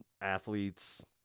athletes